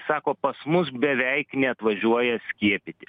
sako pas mus beveik neatvažiuoja skiepyti